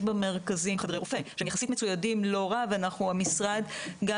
במרכזים חדרי רופא שהם יחסית מצוידים לא רע והמשרד גם